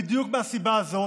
בדיוק מהסיבה הזו